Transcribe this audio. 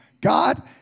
God